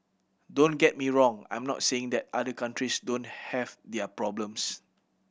don't get me wrong I'm not saying that other countries don't have their problems